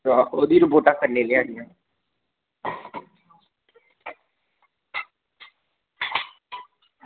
ओह् बी रपोटां कन्नै लेआनियां